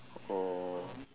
or